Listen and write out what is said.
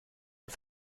und